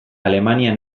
alemania